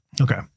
Okay